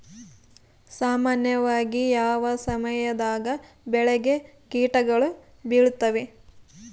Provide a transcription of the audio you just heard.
ಸಾಮಾನ್ಯವಾಗಿ ಯಾವ ಸಮಯದಾಗ ಬೆಳೆಗೆ ಕೇಟಗಳು ಬೇಳುತ್ತವೆ?